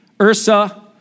Ursa